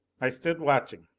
i stood watching.